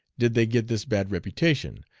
did they get this bad reputation,